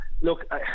Look